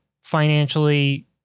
financially